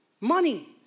Money